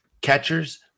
catchers